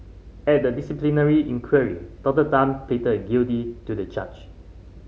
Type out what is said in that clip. at the disciplinary inquiry Doctor Tan pleaded guilty to the charge